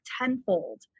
tenfold